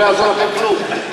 לא יעזור לכם כלום,